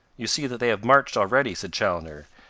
you see that they have marched already, said chaloner,